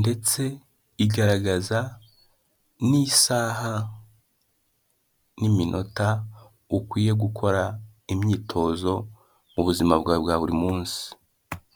ndetse igaragaza n'isaha n'iminota ukwiye gukora imyitozo mu buzima bwawe bwa buri munsi.